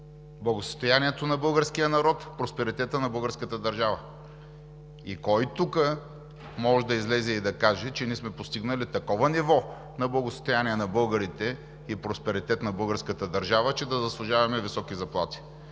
благосъстоянието на българския народ, просперитетът на българската държава. Кой тук може да излезе и да каже, че ние сме постигнали такова ниво на благосъстояние на българите и просперитет на българската държава, че да заслужаваме високи заплати?